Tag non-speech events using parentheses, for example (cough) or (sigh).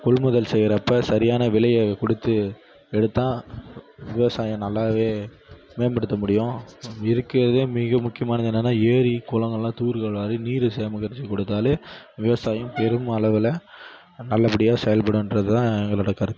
கொள்முதல் செய்யுறப்ப சரியான விலையை கொடுத்து எடுத்தால் விவசாயம் நல்லாவே மேம்படுத்த முடியும் இருக்கிறதே மிக முக்கியமானது என்னான்னா ஏரி குளங்கள்லாம் தூர் (unintelligible) அதே நீரை சேகரிச்சி கொடுத்தாலே விவசாயம் பெருமளவில் நல்லபடியாக செயல்படுன்கிறதுதான் எங்களோடய கருத்து